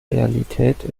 realität